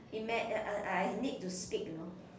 ima~ uh I I need to speak you know